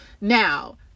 Now